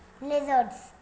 Lizards